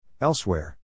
Elsewhere